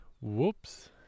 Whoops